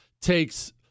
takes